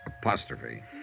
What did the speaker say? Apostrophe